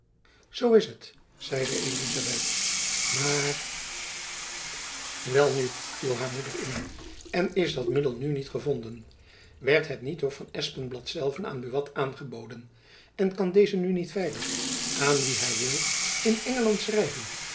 zoo is het zeide elizabeth maar welnu viel haar moeder in en is dat midjacob van lennep elizabeth musch del dan nu niet gevonden werd het niet door van espenblad zelven aan buat aangeboden en kan deze nu niet veilig aan wie hy wil in engeland schrijven